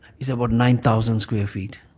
it's about nine thousand square feet.